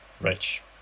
rich